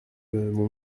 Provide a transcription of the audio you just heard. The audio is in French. mon